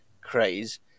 craze